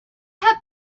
have